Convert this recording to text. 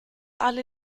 alle